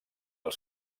els